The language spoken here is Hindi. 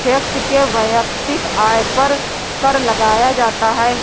व्यक्ति के वैयक्तिक आय पर कर लगाया जाता है